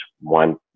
one